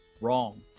wrong